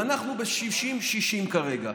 ואנחנו ב-60 60 כרגע.